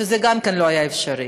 שגם זה לא יהיה אפשרי,